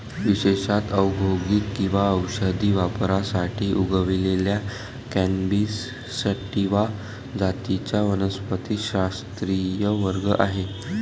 विशेषत औद्योगिक किंवा औषधी वापरासाठी उगवलेल्या कॅनॅबिस सॅटिवा जातींचा वनस्पतिशास्त्रीय वर्ग आहे